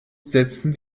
setzen